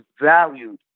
valued